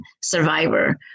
survivor